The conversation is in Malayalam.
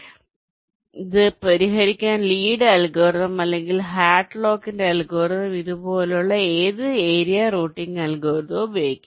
അതിനാൽ ഇത് പരിഹരിക്കാൻ ലീയുടെ അൽഗോരിതം അല്ലെങ്കിൽ ഹാഡ്ലോക്കിന്റെ അൽഗോരിതം Hadlock's algorithm പോലെയുള്ള ഏത് ഏരിയ റൂട്ടിംഗ് അൽഗോരിതം ഉപയോഗിക്കാം